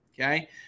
Okay